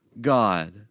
God